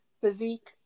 physique